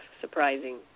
surprising